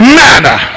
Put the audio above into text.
manner